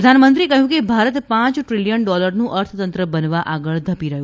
પ્રધાનમંત્રીએ કહ્યું કે ભારત પાંચ દ્રીલીયન ડોલરનું અર્થતંત્ર બનવા આગળ ધપી રહ્યું છે